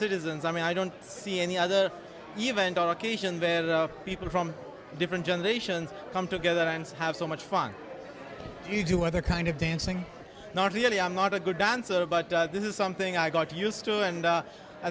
citizens i mean i don't see any other event on occasions where people from different generations come together and have so much fun you do other kind of dancing not really i'm not a good dancer but this is something i got used to and